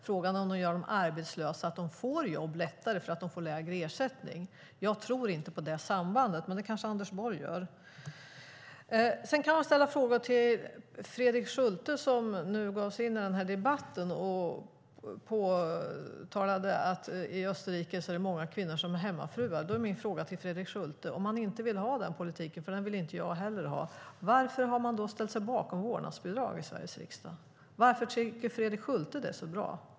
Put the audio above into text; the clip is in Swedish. Frågan är om de arbetslösa lättare får jobb för att de får lägre ersättning. Jag tror inte på det sambandet. Men det kanske Anders Borg gör. Sedan kan jag ställa frågor till Fredrik Schulte som gav sig in i debatten och påtalade att det i Österrike är många kvinnor som är hemmafruar. Då är min fråga till Fredrik Schulte: Om man inte vill ha den politiken - den vill inte jag heller ha - varför har man ställt sig bakom vårdnadsbidrag i Sveriges riksdag? Varför tycker Fredrik Schulte att det är så bra?